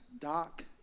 Doc